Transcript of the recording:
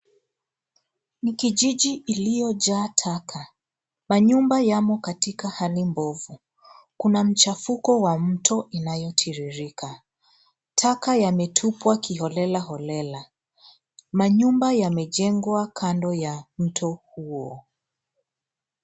Ni kijiji iliyo jaa taka ,manyumba yamo katika hali mbovu kuna mchafuko wa mto inayotiririka. Taka yametupwa kiholelaholela manyumba yamejengwa kando ya mto huo.